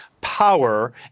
power